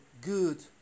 good